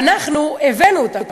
ואנחנו הבאנו אותן.